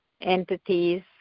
entities